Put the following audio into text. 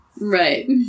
Right